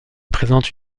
présente